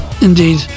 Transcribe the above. indeed